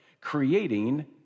creating